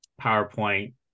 PowerPoint